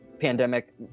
pandemic